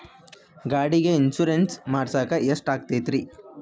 ಗಾಡಿಗೆ ಇನ್ಶೂರೆನ್ಸ್ ಮಾಡಸಾಕ ಎಷ್ಟಾಗತೈತ್ರಿ?